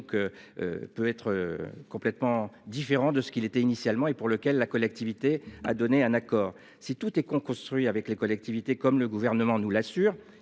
Peut être complètement différent de ce qu'il était initialement et pour lequel la collectivité a donné un accord si tout et qu'on construit avec les collectivités comme le gouvernement nous l'assure,